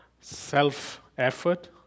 self-effort